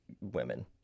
women